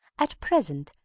at present,